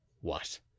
What